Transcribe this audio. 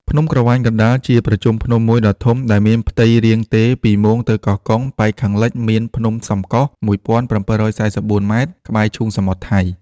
ភ្នំក្រវាញកណ្តាល ជាប្រជុំភ្នំមួយដ៏ធំ ដែលមានផ្ទៃរាងទេរពីមោងទៅកោះកុង ប៉ែកខាងលិចមាន ភ្នំសំកុះ ១ ៧៤៤ ម៉ែត្រ ក្បែរឈូងសមុទ្រថៃ ។